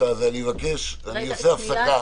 אני עושה הפסקה.